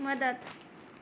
मदत